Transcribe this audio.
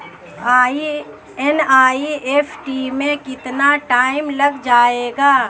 NEFT में कितना time लग जाएगा?